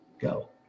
go